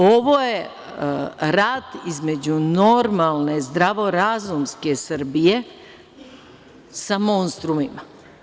Ovo je rat između normalne, zdravorazumske Srbije sa monstrumima.